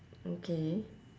okay